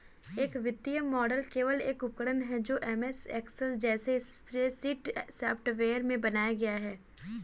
एक वित्तीय मॉडल केवल एक उपकरण है जो एमएस एक्सेल जैसे स्प्रेडशीट सॉफ़्टवेयर में बनाया गया है